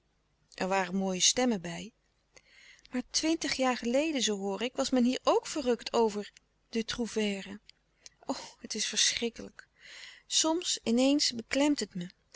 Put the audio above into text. er waren mooie stemmen bij maar twintig jaar geleden zoo hoor ik was men hier ook verrukt over den trouvère o het is verschrikkelijk soms in eens beklemt het me